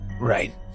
Right